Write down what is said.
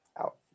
out